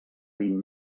vint